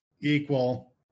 equal